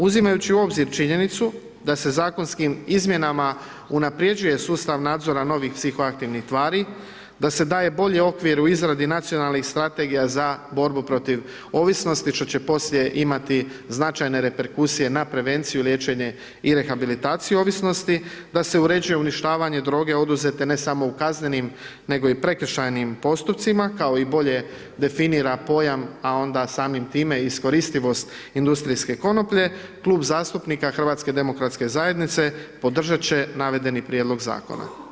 Uzimajući u obzir činjenicu da se zakonskim izmjenama unaprjeđuje sustav novih psihoaktivnih tvari, da se daje bolji okvir u izradio nacionalnih strategija za borbu protiv ovisnosti što će poslije imati značajne reperkusije na prevenciju, liječenje i rehabilitaciju ovisnosti, da se uređuje uništavanje droge oduzete ne samo u kaznenim nego i prekršajnim postupcima kao i bolje definira pojam a onda samim time i iskoristivost industrijske konoplje, Klub zastupnika HDZ-a podržati će navedeni prijedlog zakona, hvala.